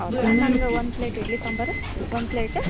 ಹೌದಲ್ಲ ನಂಗೆ ಒಂದು ಪ್ಲೇಟ್ ಇಡ್ಲಿ ಸಾಂಬಾರು ಒಂದು ಪ್ಲೇಟ್